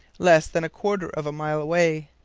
less than a quarter of a mile away.